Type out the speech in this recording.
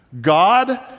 God